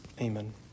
Amen